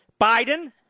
Biden